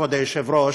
כבוד היושב-ראש,